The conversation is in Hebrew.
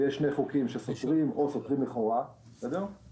ויש שני חוקים שסותרים או סותרים לכאורה - הגענו